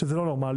שזה לא נורמלי